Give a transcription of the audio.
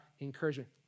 encouragement